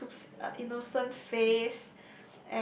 Tuptup's uh innocent face